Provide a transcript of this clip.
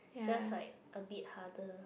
just like a bit harder